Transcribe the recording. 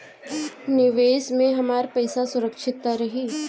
निवेश में हमार पईसा सुरक्षित त रही?